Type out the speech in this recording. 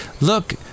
Look